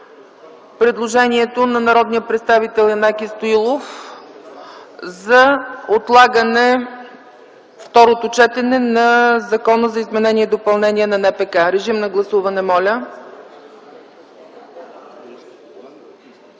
предложението на народния представител Янаки Стоилов за отлагане второто четене на Законопроекта за изменение и допълнение на НПК. Режим на гласуване, моля!